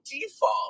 default